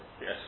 Yes